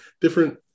different